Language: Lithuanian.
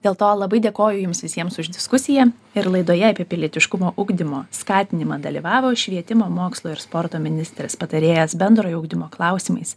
dėl to labai dėkoju jums visiems už diskusiją ir laidoje apie pilietiškumo ugdymo skatinimą dalyvavo švietimo mokslo ir sporto ministrės patarėjas bendrojo ugdymo klausimais